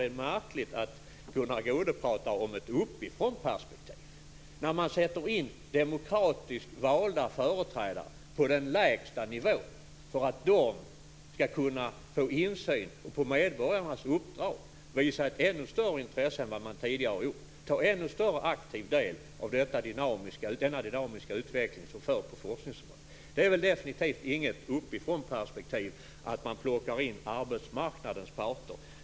Det är också märkligt att Gunnar Goude talar om ett uppifrånperspektiv när man sätter in demokratiskt valda företrädare på den lägsta nivån för att de skall kunna få insyn och på medborgarnas uppdrag visa ett ännu större intresse än vad man tidigare har gjort och ta ännu större aktiv del i denna dynamiska utveckling som sker på forskningsområdet. Det är definitivt inget uppifrånperspektiv att man plockar in arbetsmarknadens parter.